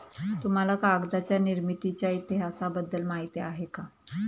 तुम्हाला कागदाच्या निर्मितीच्या इतिहासाबद्दल माहिती आहे का?